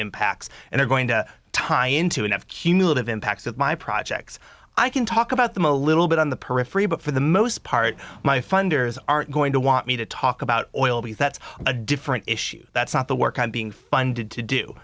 impacts and they're going to tie into enough cumulative impacts that my projects i can talk about them a little bit on the periphery but for the most part my funders aren't going to want me to talk about oil because that's a different issue that's not the work i'm being funded to do